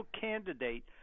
candidate